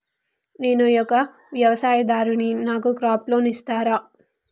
నేను ఒక వ్యవసాయదారుడిని నాకు క్రాప్ లోన్ ఇస్తారా?